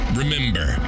remember